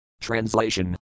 translation